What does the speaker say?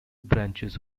branches